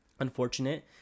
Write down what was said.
Unfortunate